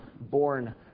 born